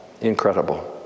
Incredible